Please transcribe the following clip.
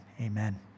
amen